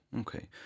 Okay